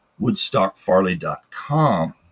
WoodstockFarley.com